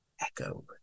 echo